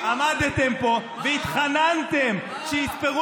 אבל זה לא יעזור